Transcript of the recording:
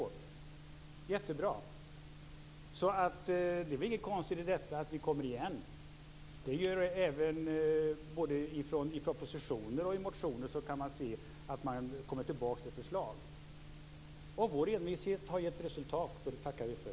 Det är jättebra! Så det är väl inget konstigt i att vi kommer igen. Det gör man även i både propositioner och motioner. Man kommer tillbaka till förslag. Och vår envishet har gett resultat, och det tackar vi för!